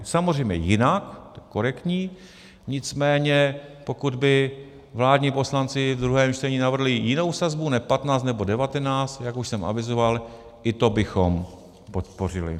Samozřejmě jinak, to korektní, nicméně pokud by vládní poslanci v druhém čtení navrhli jinou sazbu, ne 15 nebo 19, jak už jsem avizoval, i to bychom podpořili.